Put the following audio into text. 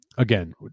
Again